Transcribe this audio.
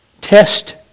Test